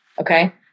Okay